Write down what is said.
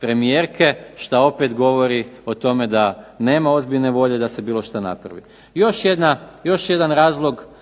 premijerke, šta opet govori o tome da nema ozbiljne volje da se bilo šta napravi. Još jedan razlog